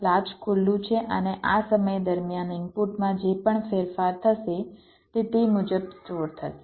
latch ખુલ્લું છે અને આ સમય દરમિયાન ઇનપુટમાં જે પણ ફેરફાર થશે તે તે મુજબ સ્ટોર થશે